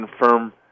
confirm